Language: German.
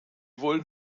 wollen